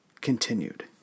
continued